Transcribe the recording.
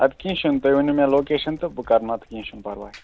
اَدٕ کینٛہہ چھُنہٕ تُہۍ ؤنِو مےٚ لوکیشن بہٕ کَرناوٕ تہٕ کیٚنہہ چھُنہٕ پَرواے